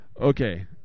Okay